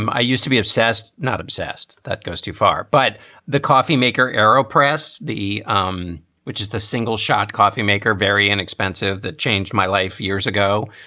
um i used to be obsessed, not obsessed. that goes too far. but the coffeemaker arrow press, the um which is the single shot coffeemaker, very inexpensive. that changed my life years ago.